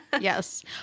Yes